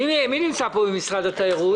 מי נמצא פה ממשרד התיירות?